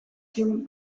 zigun